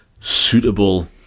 suitable